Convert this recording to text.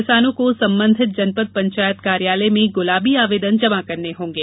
किसानों को संबंधित जनपद पंचायत कार्यालय में गुलाबी आवेदन जमा करने होंगे